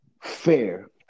Fair